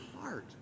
heart